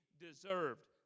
deserved